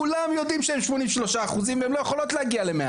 כולם יודעים שהן 83 אחוז כי הן לא יכולות להגיע ל-100